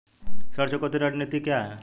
ऋण चुकौती रणनीति क्या है?